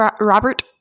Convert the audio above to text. robert